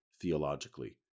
theologically